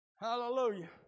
Hallelujah